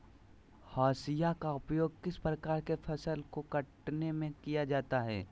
हाशिया का उपयोग किस प्रकार के फसल को कटने में किया जाता है?